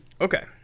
Okay